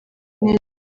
neza